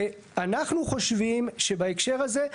אנחנו חושבים שבהקשר הזה,